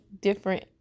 different